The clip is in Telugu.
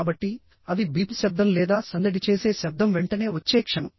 కాబట్టి అవి బీప్ శబ్దం లేదా సందడి చేసే శబ్దం వెంటనే వచ్చే క్షణం